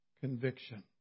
conviction